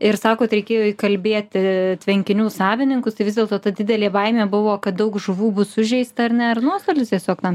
ir sakot reikėjo įkalbėti tvenkinių savininkus tai vis dėlto ta didelė baimė buvo kad daug žuvų bus sužeista ar ne ir nuostolius tiesiog tam